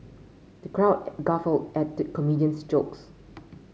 the crowd guffawed at the comedian's jokes